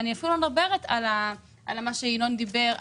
אני אפילו לא מדברת על מה שיינון דיבר,